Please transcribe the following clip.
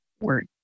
word